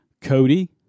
Cody